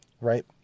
right